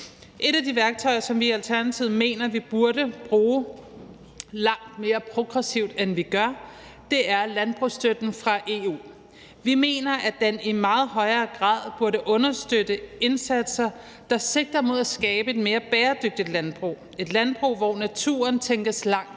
Et af de værktøjer, som vi i Alternativet mener vi burde bruge langt mere progressivt, end vi gør, er landbrugsstøtten fra EU. Vi mener, at den i meget højere grad burde understøtte indsatser, der sigter mod at skabe et mere bæredygtigt landbrug – et landbrug, hvor naturen tænkes langt